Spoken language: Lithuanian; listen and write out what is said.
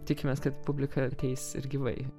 tikimės kad publika ateis ir gyvai